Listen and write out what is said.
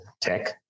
tech